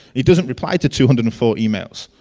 he doesn't reply to two hundred and forty emails.